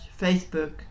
Facebook